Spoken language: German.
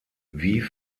wie